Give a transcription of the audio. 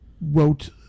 Wrote